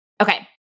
Okay